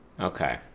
Okay